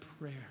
prayer